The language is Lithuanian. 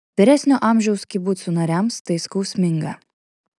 vyresnio amžiaus kibucų nariams tai skausminga